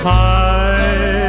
high